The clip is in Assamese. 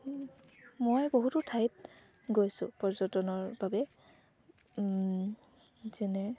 মই বহুতো ঠাইত গৈছোঁ পৰ্যটনৰ বাবে যেনে